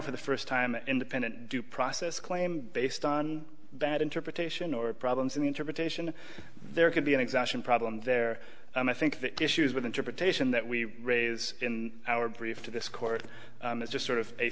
for the first time an independent due process claim based on that interpretation or problems in the interpretation there could be an exemption problem there and i think the issues with interpretation that we raise in our brief to this court is just sort of a